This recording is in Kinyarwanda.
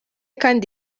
kandi